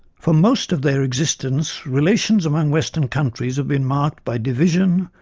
for most of their existence, relations among western countries have been marked by division,